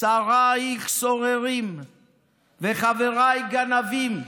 "שריִך סוררים וחברֵי גנבים,